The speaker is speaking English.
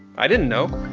i didn't know.